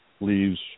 leaves